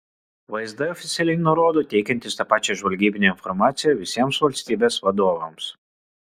vsd oficialiai nurodo teikiantis tą pačią žvalgybinę informaciją visiems valstybės vadovams